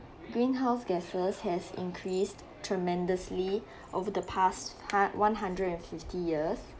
greenhouse gases has increased tremendously over the past hun~ one hundred and fifty years